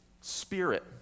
spirit